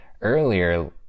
earlier